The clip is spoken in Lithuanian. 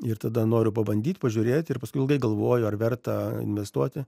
ir tada noriu pabandyt pažiūrėt ir paskui ilgai galvoju ar verta investuoti